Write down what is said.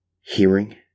hearing